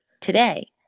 today